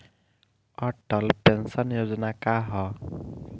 Atal pension Yojana का ह?